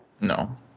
No